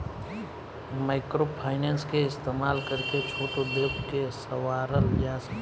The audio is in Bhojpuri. माइक्रोफाइनेंस के इस्तमाल करके छोट उद्योग के सवारल जा सकेला